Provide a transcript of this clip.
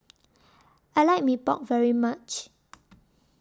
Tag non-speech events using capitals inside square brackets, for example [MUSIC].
I like Mee Pok very much [NOISE]